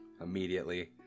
immediately